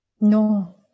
No